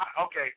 okay